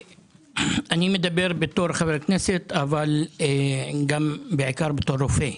אני מדבר בתור חבר כנסת אבל גם בעיקר בתור רופא.